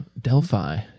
delphi